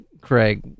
Craig